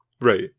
Right